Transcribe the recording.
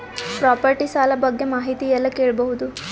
Property ಸಾಲ ಬಗ್ಗೆ ಮಾಹಿತಿ ಎಲ್ಲ ಕೇಳಬಹುದು?